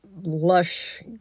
lush